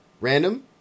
Random